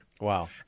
Wow